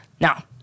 Now